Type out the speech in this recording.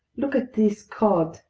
look at these cod!